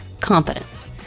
competence